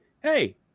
hey